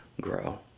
grow